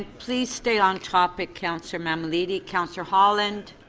please stay on topic, councillor mammoliti. councillor holland?